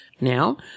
now